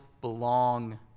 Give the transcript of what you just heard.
belong